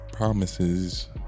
Promises